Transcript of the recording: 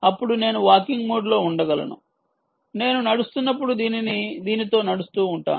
అప్పుడు నేను వాకింగ్ మోడ్లో ఉండగలను నేను నడుస్తున్నప్పుడు దీనితో నడుస్తూ ఉంటాను